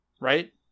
right